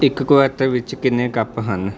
ਇੱਕ ਕਵਾਟਰ ਵਿੱਚ ਕਿੰਨੇ ਕੱਪ ਹਨ